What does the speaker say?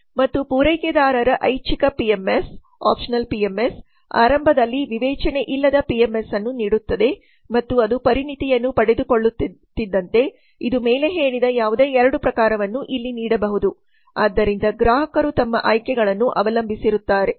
ಮತ್ತು ಪೂರೈಕೆದಾರರಾದ ಐಚ್ಛಿಕ ಪಿಎಂಎಸ್ ಆರಂಭದಲ್ಲಿ ವಿವೇಚನೆಯಿಲ್ಲದ ಪಿಎಂಎಸ್ ಅನ್ನು ನೀಡುತ್ತದೆ ಮತ್ತು ಅದು ಪರಿಣತಿಯನ್ನು ಪಡೆದುಕೊಳ್ಳುತ್ತಿದ್ದಂತೆ ಇದು ಮೇಲೇ ಹೇಳಿದ ಯಾವುದೇ 2 ಪ್ರಕಾರವನ್ನು ಇಲ್ಲಿ ನೀಡಬಹುದು ಆದ್ದರಿಂದ ಗ್ರಾಹಕರು ತಮ್ಮ ಆಯ್ಕೆಗಳನ್ನು ಅವಲಂಬಿಸಿರುತ್ತಾರೆ